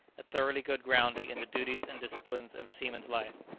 a thoroughly good grounding in the duties and discipline of a seaman's life.